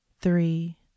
Three